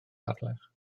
harlech